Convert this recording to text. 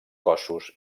cossos